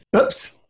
Oops